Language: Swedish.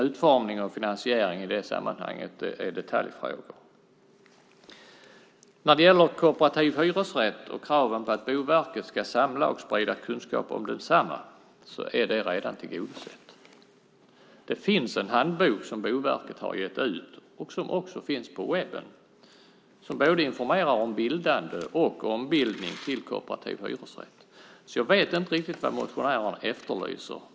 Utformning och finansiering är detaljfrågor. Kravet på att Boverket ska samla och sprida kunskap om kooperativa hyresrätter är redan tillgodosett. Det finns en handbok som Boverket har gett ut. Den finns också på webben. Den informerar om bildande och ombildning till kooperativ hyresrätt. Jag vet inte riktigt vad motionärerna efterlyser.